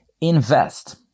Invest